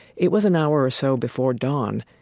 it was an hour or so before dawn,